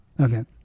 okay